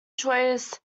choice